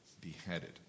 beheaded